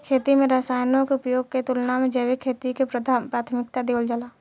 खेती में रसायनों के उपयोग के तुलना में जैविक खेती के प्राथमिकता देवल जाला